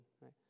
right